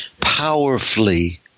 powerfully